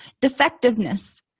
Defectiveness